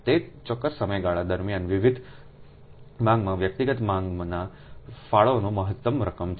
તે ચોક્કસ સમયગાળા દરમિયાન વિવિધ માંગમાં વ્યક્તિગત માંગના ફાળોની મહત્તમ રકમ છે